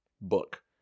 book